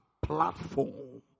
platform